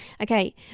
Okay